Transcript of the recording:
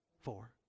Four